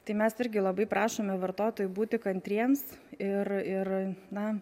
tai mes irgi labai prašome vartotojų būti kantriems ir ir na